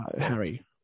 Harry